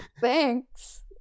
Thanks